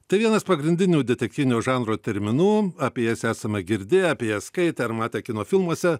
tai vienas pagrindinių detektyvinio žanro terminų apie jas esame girdėję apie ją skaitę ar matę kino filmuose